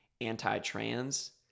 anti-trans